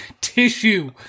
tissue